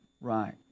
right